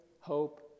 hope